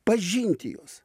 pažinti juos